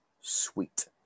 Sweet